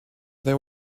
they